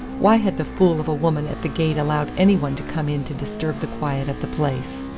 why had the fool of a woman at the gate allowed any one to come in to disturb the quiet of the place?